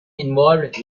involved